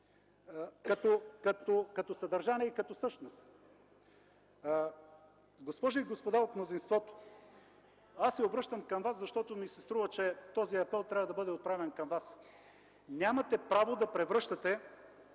като съдържание и същност. Госпожи и господа от мнозинството, обръщам се към вас, защото ми се струва, че този апел трябва да бъде отправен към вас. Нямате право да превръщате